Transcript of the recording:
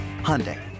Hyundai